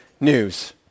news